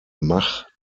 mach